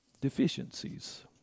deficiencies